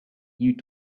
you